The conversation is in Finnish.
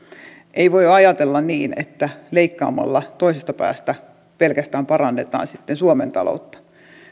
ei voi ajatella niin että leikkaamalla toisesta päästä pelkästään parannetaan sitten suomen taloutta